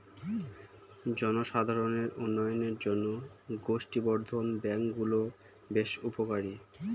জনসাধারণের উন্নয়নের জন্য গোষ্ঠী বর্ধন ব্যাঙ্ক গুলো বেশ উপকারী